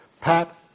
Pat